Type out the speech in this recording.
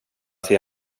till